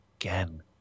again